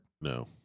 No